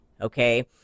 Okay